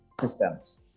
systems